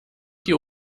die